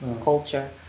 culture